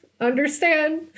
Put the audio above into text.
Understand